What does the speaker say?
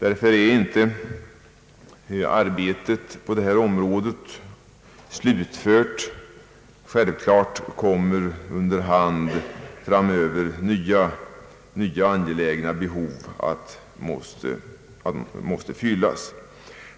Arbetet på det här området är alltså inte slutfört, och självklart kommer under hand nya angelägna behov att ge sig till känna vilka även måste tillgodo Ses.